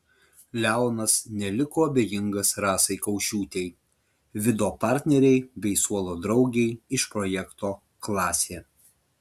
leonas neliko abejingas rasai kaušiūtei vido partnerei bei suolo draugei iš projekto klasė